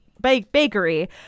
bakery